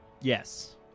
Yes